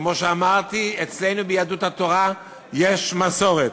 כמו שאמרתי, אצלנו ביהדות התורה יש מסורת,